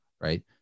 Right